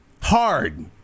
Hard